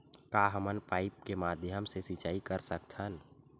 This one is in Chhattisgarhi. का हमन पाइप के माध्यम से सिंचाई कर सकथन?